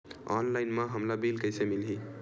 Online म हमला bill कइसे मिलही?